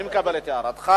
אני מקבל את הערתך.